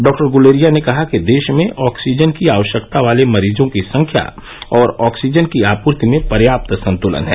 डॉ गुलेरिया ने कहा कि देश में ऑक्सीजन की आवश्यकता वाले मरीजों की संख्या और ऑक्सीजन की आपूर्ति में पर्याप्त संतुलन है